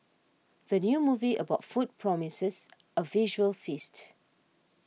the new movie about food promises a visual feast